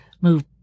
move